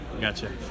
Gotcha